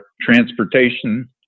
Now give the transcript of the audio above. transportation